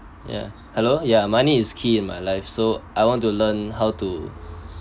yeah hello yeah money is key in my life so I want to learn how to